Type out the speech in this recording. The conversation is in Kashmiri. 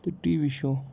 تہٕ ٹی وی شو